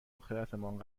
آخرتمان